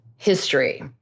History